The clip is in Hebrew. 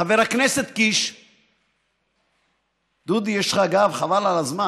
חבר הכנסת קיש, דודי, יש לך גב חבל על הזמן.